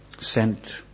sent